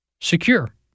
secure